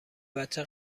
بچه